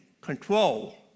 control